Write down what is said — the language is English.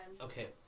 Okay